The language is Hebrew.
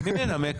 להצעת